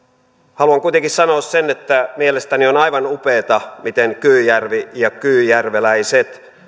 haluan kuitenkin sanoa sen että mielestäni on aivan upeata miten kyyjärvi ja kyyjärveläiset